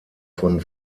von